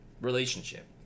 Relationship